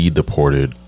deported